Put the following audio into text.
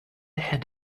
head